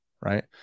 right